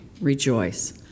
Rejoice